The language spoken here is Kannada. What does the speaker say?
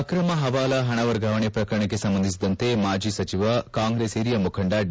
ಅಕ್ರಮ ಪವಾಲಾ ಪಣ ವರ್ಗಾವಣೆ ಪ್ರಕರಣಕ್ಕೆ ಸಂಬಂಧಿಸಿದಂತೆ ಮಾಜಿ ಸಚಿವ ಕಾಂಗ್ರೆಸ್ ಹಿರಿಯ ಮುಖಂಡ ಡಿ